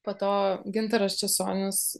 po to gintaras česonis